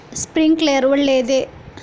Sprinkler ಒಳ್ಳೇದೇ?